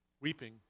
weeping